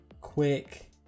Quick